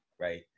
right